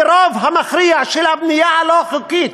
והרוב המכריע של הבנייה הלא-חוקית